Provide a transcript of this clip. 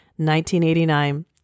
1989